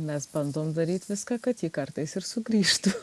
mes bandom daryt viską kad ji kartais ir sugrįžtų